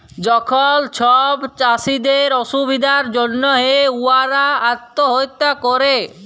যখল ছব চাষীদের অসুবিধার জ্যনহে উয়ারা আত্যহত্যা ক্যরে